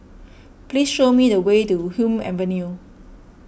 please show me the way to Hume Avenue